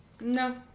No